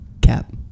cap